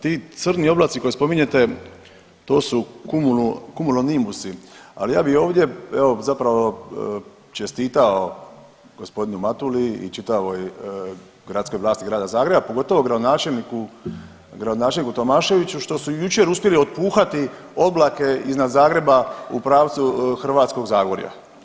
Ti crni oblaci koje spominjete to su kumulonimusi, ali ja bih ovdje evo zapravo čestitao gospodinu Matuli i čitavoj gradskoj vlasti grada Zagreba pogotovo gradonačelniku Tomaševiću što su jučer uspjeli otpuhati oblake iznad Zagreba u pravcu Hrvatskog zagorja.